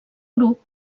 grup